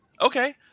Okay